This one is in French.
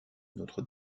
notre